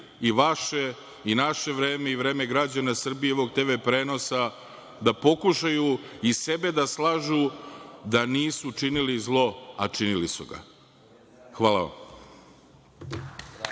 i vaše i naše vreme i vreme građana Srbije i ovog TV prenosa da pokušaju i sebe da slažu da nisu činili zlo, a činili su ga. Hvala vam.